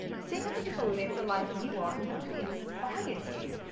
seeing other people live the life you want not only inspires you, you,